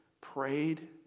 prayed